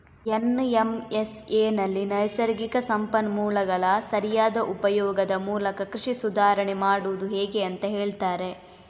ಎನ್.ಎಂ.ಎಸ್.ಎನಲ್ಲಿ ನೈಸರ್ಗಿಕ ಸಂಪನ್ಮೂಲಗಳ ಸರಿಯಾದ ಉಪಯೋಗದ ಮೂಲಕ ಕೃಷಿ ಸುಧಾರಾಣೆ ಮಾಡುದು ಹೇಗೆ ಅಂತ ಹೇಳ್ತಾರೆ